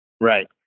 Right